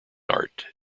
art